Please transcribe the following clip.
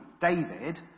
David